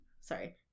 sorry